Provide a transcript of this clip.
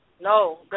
No